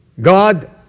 God